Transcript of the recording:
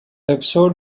episode